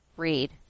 read